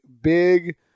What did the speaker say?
big